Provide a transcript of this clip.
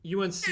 UNC